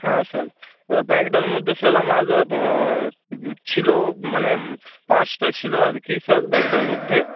হ্যাঁ স্যার এবার ব্যাগটার মধ্যে স্যার আমার ছিল মানে পার্সটা ছিল আর কি স্যার ব্যাগটার মধ্যে